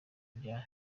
bya